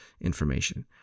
information